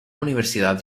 universidad